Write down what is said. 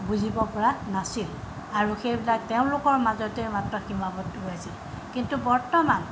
বুজিব পৰা নাছিল আৰু সেইবিলাক তেওঁলোকৰ মাজতে মাত্ৰ সীমাবদ্ধ হৈ আছিল কিন্তু বৰ্তমান